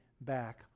back